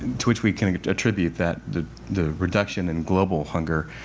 to which we can attribute that, the the reduction in global hunger,